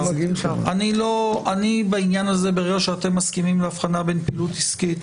ברגע שאתם מסכימים לאבחנה בין פעילות עסקית